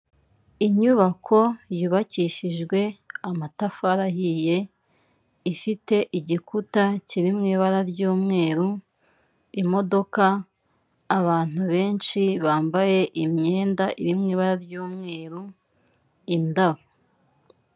Inyubako yubakishijwe amatafari ahiye, ifite igikuta kiri mu ibara ry'umweru, imodoka, abantu benshi bambaye imyenda iri mu ibara ry'umweru, indabo.